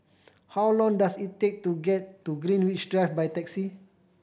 how long does it take to get to Greenwich Drive by taxi